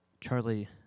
Charlie